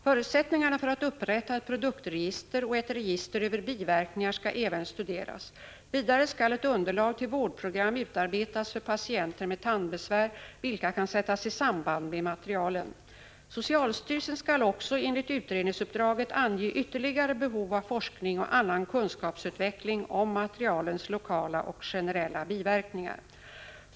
Förutsättningarna för att upprätta ett produktregister och ett register över biverkningar skall även studeras. Vidare skall ett underlag till vårdprogram utarbetas för patienter med tandbesvär, vilka kan sättas i samband med materialen. Socialstyrelsen skall också enligt utredningsuppdraget ange ytterligare behov av forskning och annan kunskapsutveckling om materialens lokala och generella biverkningar.